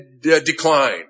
decline